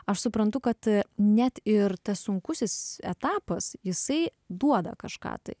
aš suprantu kad net ir tas sunkusis etapas jisai duoda kažką tai